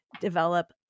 develop